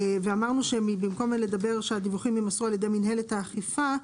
ואמרנו שבמקום שהדיווחים יימסרו על ידי מינהלת האכיפה,